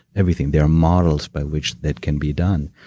everything. there are models by which that can be done.